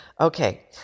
Okay